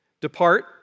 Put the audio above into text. depart